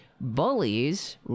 bullies